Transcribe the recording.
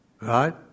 Right